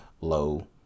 low